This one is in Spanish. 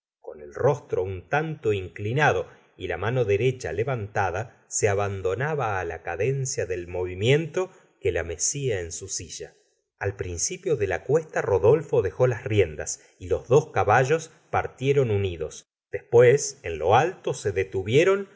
con el rostro un tanto inclinado y la mano derecha levantada se abandonaba la cadencia del movimiento que la mecía en la silla al principio de la cuesta rodolfo dejó las riendas y los dos caballos partieron unidos después en lo alto se detuvieron